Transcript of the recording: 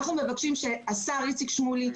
אנחנו מבקשים שהשר איציק שמולי,